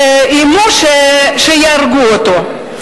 איימו שיהרגו אותו.